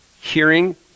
hearing